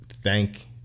thank